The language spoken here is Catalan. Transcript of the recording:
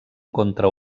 contra